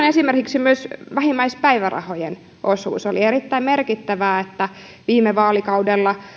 esimerkiksi myös vähimmäispäivärahojen osalta oli erittäin merkittävää että viime vaalikaudella